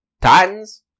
Titans